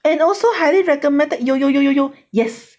and also highly recommended 有有有有有 yes